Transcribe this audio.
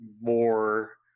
more